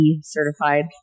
certified